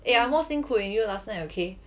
eh I more 辛苦 than you last night okay